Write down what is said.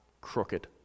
crooked